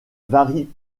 varie